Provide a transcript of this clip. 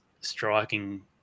striking